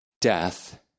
Death